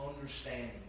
understanding